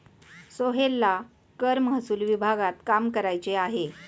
सोहेलला कर महसूल विभागात काम करायचे आहे